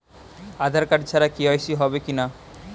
আধার card ছাড়া KYC হবে কিনা?